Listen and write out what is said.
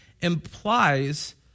implies